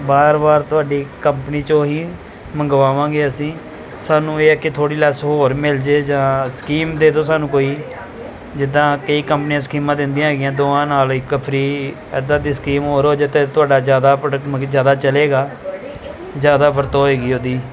ਵਾਰ ਵਾਰ ਤੁਹਾਡੀ ਕੰਪਨੀ 'ਚੋਂ ਹੀ ਮੰਗਵਾਵਾਂਗੇ ਅਸੀਂ ਸਾਨੂੰ ਇਹ ਹੈ ਕਿ ਥੋੜ੍ਹੀ ਲੈਸ ਹੋਰ ਮਿਲਜੇ ਜਾਂ ਸਕੀਮ ਦੇ ਦਿਉ ਸਾਨੂੰ ਕੋਈ ਜਿੱਦਾਂ ਕਈ ਕੰਪਨੀਆਂ ਸਕੀਮਾਂ ਦਿੰਦੀਆਂ ਹੈਗੀਆਂ ਦੋਵਾਂ ਨਾਲ ਇੱਕ ਫਰੀ ਐਦਾਂ ਦੀ ਸਕੀਮ ਹੋਰ ਹੋਜੇ ਅਤੇ ਤੁਹਾਡਾ ਜ਼ਿਆਦਾ ਪ੍ਰੋਡਕਟ ਮਤਲਬ ਕਿ ਜ਼ਿਆਦਾ ਚੱਲੇਗਾ ਜ਼ਿਆਦਾ ਵਰਤੋਂ ਹੋਏਗੀ ਉਹਦੀ